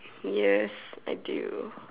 yes I do